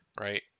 right